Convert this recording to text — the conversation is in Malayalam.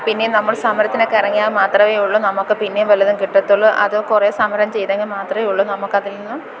പിന്നെ നമ്മൾ സമരത്തിനൊക്കെ ഇറങ്ങിയാൽ മാത്രമേ ഉള്ളൂ നമുക്കു പിന്നെയും വല്ലതും കിട്ടത്തുള്ളൂ അതു കുറേ സമരം ചെയ്തെങ്കില് മാത്രമേ ഉള്ളൂ നമുക്കതില് നിന്നും